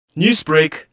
Newsbreak